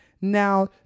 Now